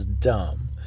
dumb